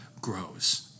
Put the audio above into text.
grows